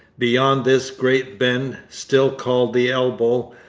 beyond this great bend, still called the elbow,